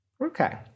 Okay